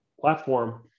platform